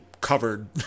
covered